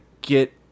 get